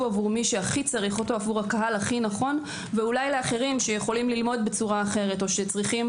עבור הקהל הכי נכון ואולי לאחרים שיכולים ללמוד בצורה אחרת או שצריכים